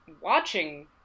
watching